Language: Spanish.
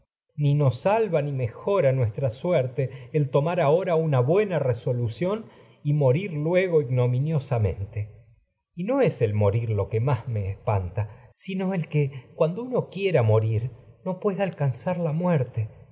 ni nos salva ni suerte mejora nues el tomar ahora una buena resolución y motragedias de sófocles rir luego ignominiosamente y no es el morir lo que no más espanta sino el que cuando uno quiera morir en que pueda alcanzar la muerte